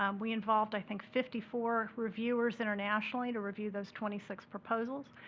um we involved, i think fifty four reviewers internationally to review those twenty six proposals.